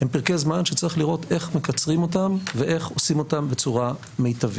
הם פרקי זמן שצריך לראות איך מקצרים אותם ואיך עושים אותה בצורה מיטבית.